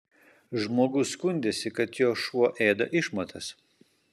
žmogus skundėsi kad jo šuo ėda išmatas